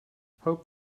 hope